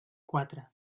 quatre